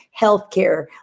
healthcare